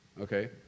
Okay